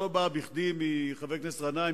לא בכדי השאלה באה מחבר הכנסת גנאים,